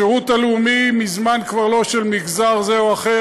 השירות הלאומי הוא מזמן כבר לא של מגזר זה או אחר.